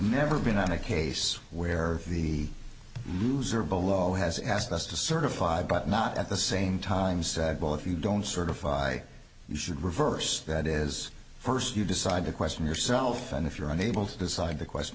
never been on a case where the loser below has asked us to certify but not at the same time said well if you don't certify you should reverse that is first you decide to question yourself and if you're unable to decide the question